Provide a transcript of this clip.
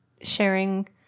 sharing